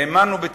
האמנו בצדקתנו,